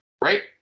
right